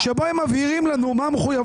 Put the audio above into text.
אבל הוראת קבע לגבי מה שהם אומרים עכשיו הוראת שעה,